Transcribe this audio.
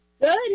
Good